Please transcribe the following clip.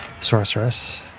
Sorceress